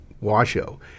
Washoe